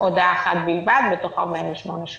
הודעה אחת בלבד, בכתב, בתוך 48 שעות".